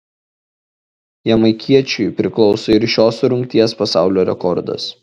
jamaikiečiui priklauso ir šios rungties pasaulio rekordas